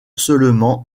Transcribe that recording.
seulement